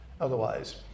otherwise